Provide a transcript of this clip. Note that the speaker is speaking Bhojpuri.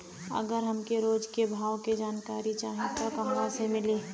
अगर हमके रोज के भाव के जानकारी चाही त कहवा से मिली?